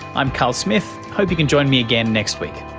i'm carl smith, hope you can join me again next week